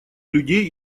людей